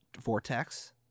Vortex